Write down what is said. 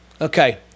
Okay